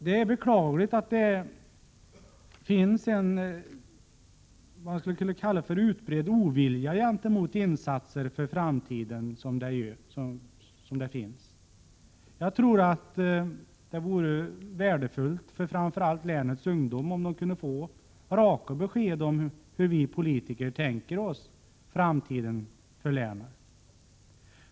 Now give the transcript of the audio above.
Det är beklagligt att det finns en så utbredd ovilja mot insatser för framtiden. Jag tror det vore värdefuilt för framför allt länets ungdomar om de kunde få raka besked om hur vi politiker tänker oss framtiden för länet.